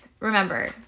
remember